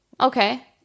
Okay